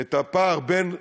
את הפער בין ספרים,